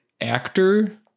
actor